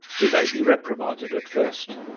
he may be reprimanded at first.